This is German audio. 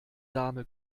dame